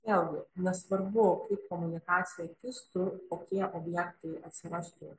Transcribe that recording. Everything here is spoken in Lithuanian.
vėlgi nesvarbu kaip komunikacija kistų kokie objektai atsirastų